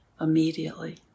immediately